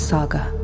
Saga